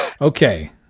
Okay